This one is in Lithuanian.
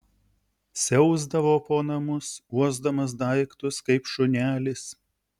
siausdavo po namus uosdamas daiktus kaip šunelis